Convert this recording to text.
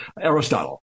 Aristotle